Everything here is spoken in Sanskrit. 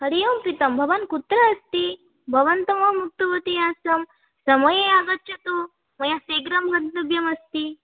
हरिः ओं प्रीतं भवान् कुत्र अस्ति भवन्तमहम् उक्तवती आसं समये आगच्छतु मया शीघ्रं गन्तव्यमस्ति